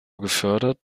gefördert